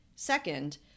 Second